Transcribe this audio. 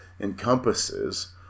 encompasses